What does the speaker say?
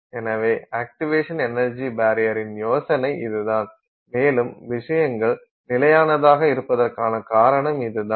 எனவே activation energy பரியரின் யோசனை இதுதான் மேலும் விஷயங்கள் நிலையானதாக இருப்பதற்கான காரணம் இதுதான்